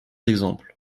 exemples